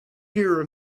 here